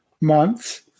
months